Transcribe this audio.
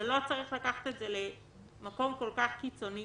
ולא צריך לקחת את זה למקום כל כך קיצוני.